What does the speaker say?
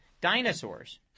dinosaurs